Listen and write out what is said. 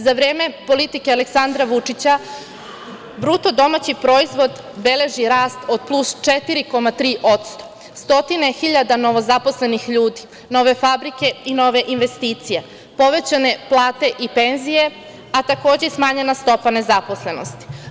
Za vreme politike Aleksandra Vučića BDP beleži rast od plus 4,3%, stotine hiljada novozaposlenih ljudi, nove fabrike i nove investicije, povećanje plate i penzije, a takođe smanjena stopa nezaposlenosti.